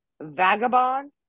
vagabond